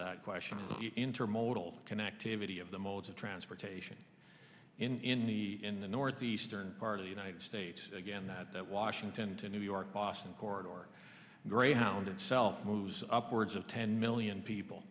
that question intermodal connectivity of the modes of transportation in the in the northeastern part of the united states again that that washington to new york boston court or greyhound itself moves upwards of ten million people